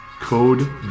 code